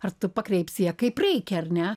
ar tu pakreipsi ją kaip reikia ar ne